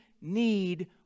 need